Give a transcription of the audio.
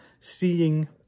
seeing